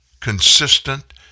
consistent